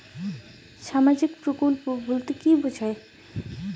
সামাজিক প্রকল্প বলতে কি বোঝায়?